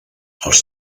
els